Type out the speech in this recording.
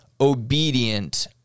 obedient